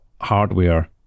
hardware